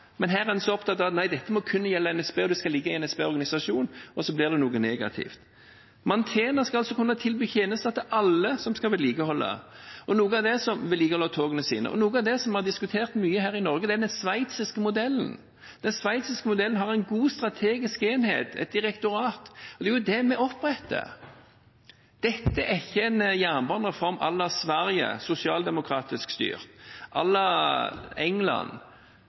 men her er en så opptatt av at dette kun må gjelde NSB, og at det skal ligge i NSBs organisasjon, og så blir det noe negativt. Mantena skal kunne tilby tjenester til alle som skal vedlikeholde togene sine. Noe av det vi har diskutert mye her i Norge, er den sveitsiske modellen. Den sveitsiske modellen har en god strategisk enhet, et direktorat, og det er det vi oppretter. Dette er ikke en jernbanereform à la Sverige, sosialdemokratisk styrt, eller à la England,